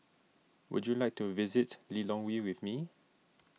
would you like to visit Lilongwe with me